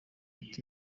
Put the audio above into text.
ati